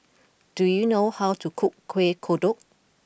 do you know how to cook Kueh Kodok